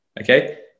okay